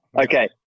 Okay